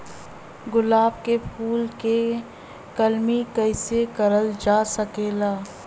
गुलाब क फूल के कलमी कैसे करल जा सकेला?